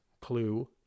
clue